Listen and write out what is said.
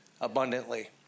abundantly